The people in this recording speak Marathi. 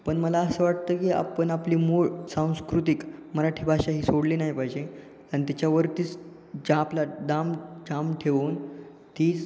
पण मला असं वाटतं की आपण आपली मूळ सांस्कृतिक मराठी भाषा ही सोडली नाही पाहिजे आणि त्याच्यावरतीच आपला दाम जाम ठेवून तीस